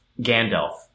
Gandalf